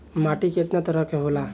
माटी केतना तरह के होला?